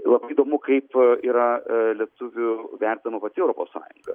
labai įdomu kaip yra lietuvių vertinama pati europos sąjunga